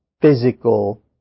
physical